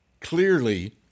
clearly